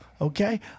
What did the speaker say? okay